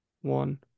one